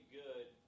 good